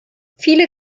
viele